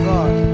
God